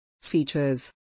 Features